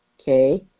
Okay